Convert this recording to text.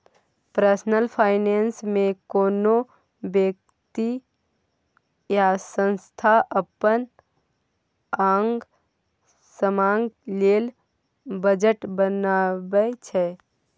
personal finance मे कोनो बेकती या संस्था अपन आंग समांग लेल बजट बनबै छै